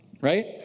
right